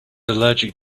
allergic